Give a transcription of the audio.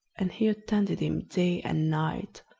and he attended him day and night.